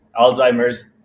Alzheimer's